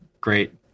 great